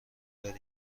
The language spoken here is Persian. برین